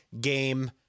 game